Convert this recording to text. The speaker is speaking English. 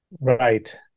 Right